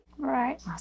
Right